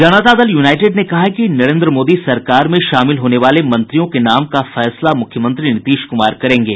जनता Dal United ने कहा है कि नरेंद्र मोदी सरकार में शामिल होने वाले मंत्रियों के नाम का फैसला मूख्यमंत्री नीतीश कुमार करेंगे